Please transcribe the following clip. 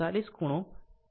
5 o મળશે